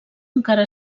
encara